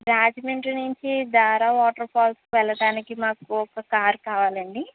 రాజమండ్రి నుంచి దార water falls కి వెళ్ళడానికి మాకు ఒక కార్ కావలండీ